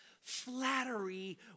flattery